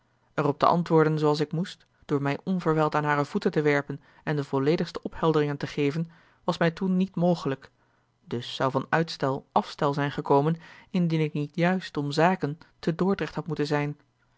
op te antwoorden zooals ik moest door mij onverwijld aan hare voeten te werpen en de volledigste ophelderingen te geven was mij toen niet mogelijk dus zou van uitstel afstel zijn gekomen indien ik niet juist om zaken te dordrecht had moeten zijn